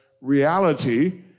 reality